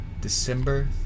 December